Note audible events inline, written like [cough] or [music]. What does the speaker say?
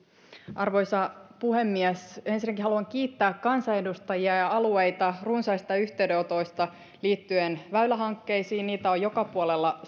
arvoisa puhemies ensinnäkin haluan kiittää kansanedustajia ja alueita runsaista yhteydenotoista liittyen väylähankkeisiin niitä on joka puolella [unintelligible]